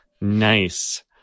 Nice